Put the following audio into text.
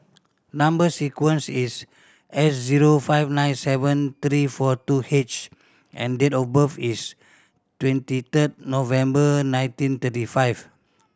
number sequence is S zero five nine seven three four two H and date of birth is twenty third November nineteen thirty five